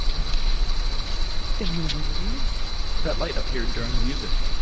and ah, i just don't know what it is that light appeared during the music.